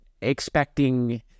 expecting